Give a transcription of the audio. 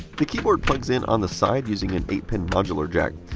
the keyboard plugs in on the side using an eight pin modular jack.